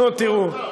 נו, תראו.